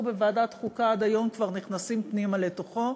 בוועדת החוקה עד היום כבר נכנסים פנימה לתוכו,